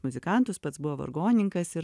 muzikantus pats buvo vargonininkas ir